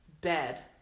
bed